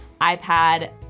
iPad